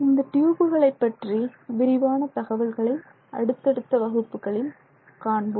இந்தத் டியூபுகளை பற்றி விரிவான தகவல்களை அடுத்தடுத்த வகுப்புகளில் காண்போம்